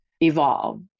evolve